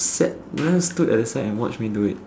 sat stood at the side and watch me do it